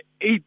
eight